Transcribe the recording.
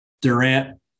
Durant